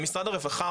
משרד הרווחה,